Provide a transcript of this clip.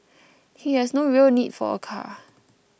he has no real need for a car